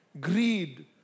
Greed